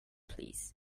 please